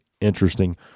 interesting